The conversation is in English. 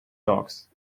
dogs